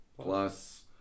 plus